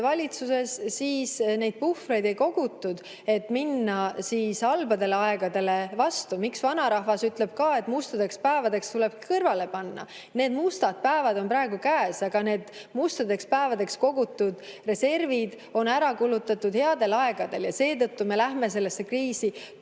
valitsuses, ei kogutud puhvreid, et minna halbadele aegadele vastu. Miks vanarahvas ütleb ka, et mustadeks päevadeks tuleb kõrvale panna? Need mustad päevad on praegu käes, aga mustadeks päevadeks kogutud reservid on ära kulutatud headel aegadel ja seetõttu me oleme selles kriisis tunduvalt